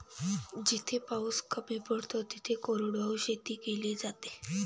जिथे पाऊस कमी पडतो तिथे कोरडवाहू शेती केली जाते